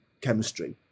chemistry